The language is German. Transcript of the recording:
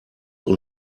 und